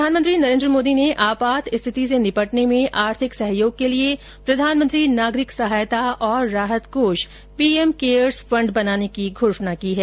प्रधानमंत्री नरेन्द्र मोदी ने आपात स्थिति से निपटने में आर्थिक सहयोग के लिए प्रधानमंत्री नागरिक सहायता और राहत कोष च्छ बात्रै बनाने की घोषणा की है